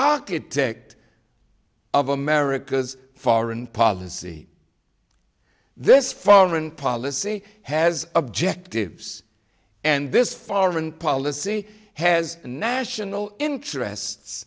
architect of america's foreign policy this foreign policy has objectives and this foreign policy has national interests